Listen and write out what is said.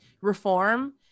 reform